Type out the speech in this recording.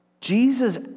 Jesus